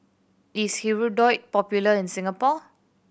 is Hirudoid popular in Singapore